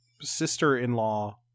sister-in-law